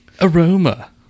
Aroma